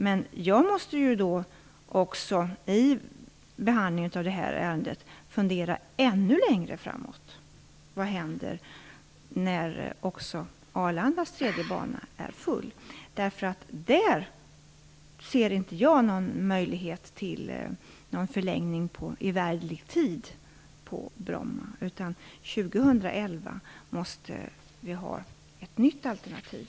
Men jag måste i behandlingen av det här ärendet fundera ännu längre framåt. Vad händer när också Arlandas tredje bana är full? Jag ser inte någon möjlighet till förlängning för evärdlig tid på Bromma flygplats. År 2011 måste vi ha ett nytt alternativ.